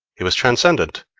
he was transcendent.